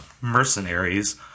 mercenaries